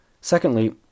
Secondly